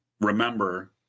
Remember